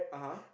(uh huh)